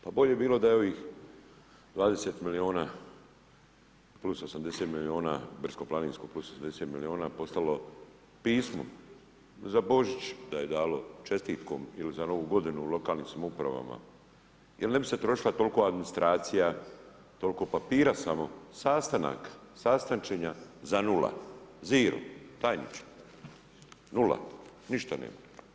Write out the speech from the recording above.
Pa bolje bi bilo da je ovih 20 milijuna + 80 milijuna brdsko-planinskog + 80 milijuna poslalo pismo za Božić da je dalo čestitku ili za Novu godinu lokalnim samoupravama jer ne bi se trošila toliko administracija, toliko papira samo, sastanaka, sastančenja za nula, zero, tajniče, nula, ništa nema.